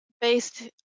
based